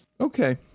Okay